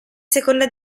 seconda